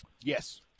Yes